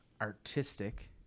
artistic